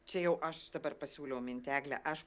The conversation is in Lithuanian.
čia jau aš dabar pasiūliau mintį eglę aš